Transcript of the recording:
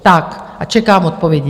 Tak a čekám odpovědi.